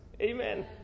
Amen